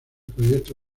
proyecto